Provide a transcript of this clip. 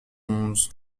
onze